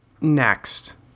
Next